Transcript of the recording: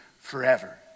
forever